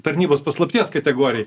tarnybos paslapties kategorijai